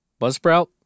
Buzzsprout